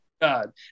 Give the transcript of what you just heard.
God